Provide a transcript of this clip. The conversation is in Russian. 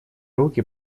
руки